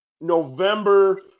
November